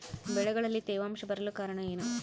ಬೆಳೆಗಳಲ್ಲಿ ತೇವಾಂಶ ಬರಲು ಕಾರಣ ಏನು?